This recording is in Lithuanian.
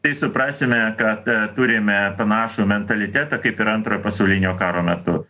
tai suprasime kad turime panašų mentalitetą kaip ir antrojo pasaulinio karo metu